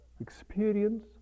experience